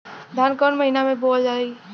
धान कवन महिना में बोवल जाई?